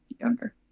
younger